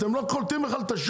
אתם לא קולטים את השוק,